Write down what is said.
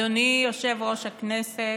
אדוני יושב-ראש הכנסת,